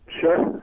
Sure